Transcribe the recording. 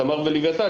תמר ולווייתן,